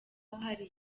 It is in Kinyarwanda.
hari